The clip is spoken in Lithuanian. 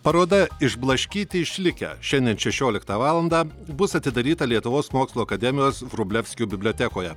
paroda išblaškyti išlikę šiandien šešioliktą valandą bus atidaryta lietuvos mokslų akademijos vrublevskių bibliotekoje